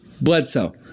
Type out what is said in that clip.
Bledsoe